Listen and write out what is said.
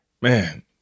Man